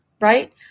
right